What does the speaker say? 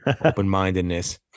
open-mindedness